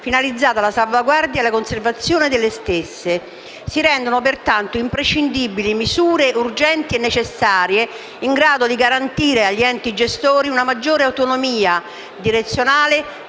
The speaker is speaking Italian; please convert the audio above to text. finalizzata alla salvaguardia e alla conservazione delle stesse. Si rendono pertanto imprescindibili misure urgenti e necessarie in grado di garantire agli enti gestori una maggiore autonomia direzionale